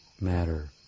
matter